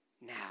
now